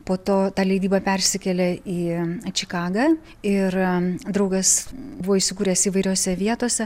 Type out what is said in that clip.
po to ta leidyba persikėlė į čikagą ir draugas buvo įsikūręs įvairiose vietose